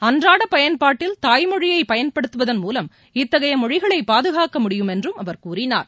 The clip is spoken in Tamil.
அன்றாட பயன்பாட்டில் தாய்மொழியை பயன்படுத்துவதன் மூவம் இத்தகைய மொழிகளை பாதுகாக்க முடியும் என்று அவர் கூறினார்